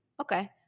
okay